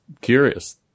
curious